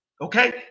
okay